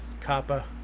kappa